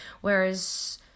whereas